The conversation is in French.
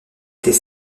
des